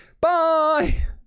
Bye